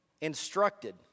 instructed